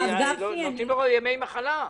הרי נותנים לו ימי מחלה.